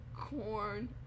corn